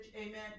amen